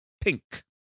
pink